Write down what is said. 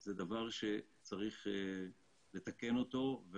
זה דבר שצריך לתקן אותו.